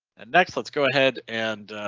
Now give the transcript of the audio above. and next let's go ahead and.